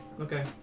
Okay